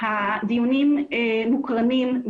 הדיונים מוקרנים.